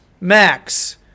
Max